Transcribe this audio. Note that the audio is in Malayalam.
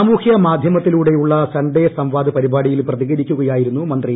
സാമൂഹ്യ മാധ്യമത്തിലൂടെയുള്ള സൺഡേ സംവാദ് പരിപാടിയിൽ പ്രതികരിക്കുകയായിരുന്നു മന്ത്രി